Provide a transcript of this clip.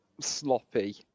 sloppy